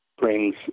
brings